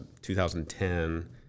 2010